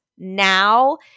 now